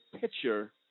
picture